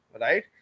right